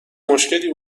مشکلی